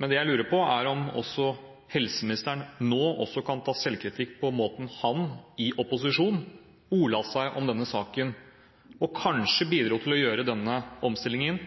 men det jeg lurer på, er om også helseministeren nå kan ta selvkritikk på måten han – i opposisjon – ordla seg i denne saken, og kanskje bidro til å gjøre denne omstillingen